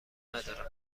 ندارند